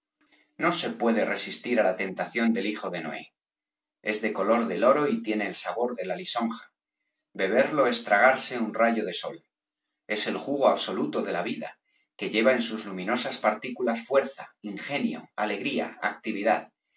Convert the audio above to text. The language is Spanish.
no se puede resistir á la tentación del hijo de noé es del color del oro y tiene el sabor de la lisonja beberlo es tragarse un rayo de sol es el jugo absoluto de la vida que lleva en sus luminosas partículas fuerza ingenio alegría actividad